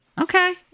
Okay